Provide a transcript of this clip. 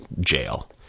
jail